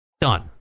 Done